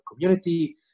community